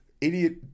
idiot